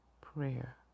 prayer